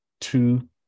Two